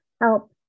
help